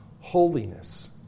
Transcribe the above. holiness